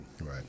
right